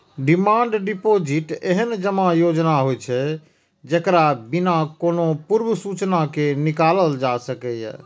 demand deposit एहन जमा योजना होइ छै, जेकरा बिना कोनो पूर्व सूचना के निकालल जा सकैए